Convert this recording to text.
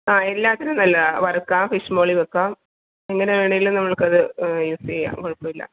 ആ എല്ലാത്തിനും നല്ലതാണ് വറുക്കാം ഫിഷ് മോളി വയ്ക്കാം എങ്ങനെ വേണമെങ്കിലും നമുക്കത് യൂസ് ചെയ്യാം കുഴപ്പമില്ല